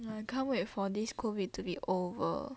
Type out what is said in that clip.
I can't wait for this COVID to be over